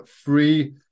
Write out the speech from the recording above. free